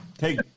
Hey